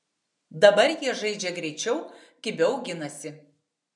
dabar jie žaidžia greičiau kibiau ginasi